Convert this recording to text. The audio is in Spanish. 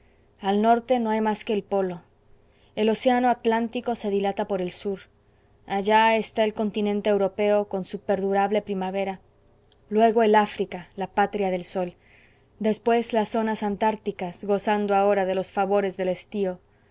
al norte no hay más que el polo el océano atlántico se dilata por el sur allá está el continente europeo con su perdurable primavera luego el áfrica la patria del sol después las zonas antárticas gozando ahora de los favores del estío